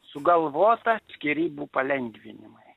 sugalvota skyrybų palengvinimai